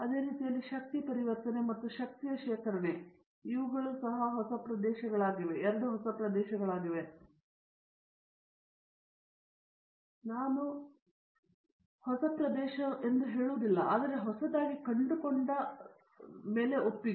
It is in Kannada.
ಅದೇ ರೀತಿಯಲ್ಲಿ ಶಕ್ತಿ ಪರಿವರ್ತನೆ ಮತ್ತು ಶಕ್ತಿಯ ಶೇಖರಣೆ ಇವುಗಳು ಎರಡು ಹೊಸ ಪ್ರದೇಶಗಳಾಗಿವೆ ನಾನು ಹೊಸ ಪ್ರದೇಶವನ್ನು ಹೇಳುವುದಿಲ್ಲ ಆದರೆ ಹೊಸದಾಗಿ ಕಂಡುಕೊಳ್ಳುವ ಒಪ್ಪಿಗೆ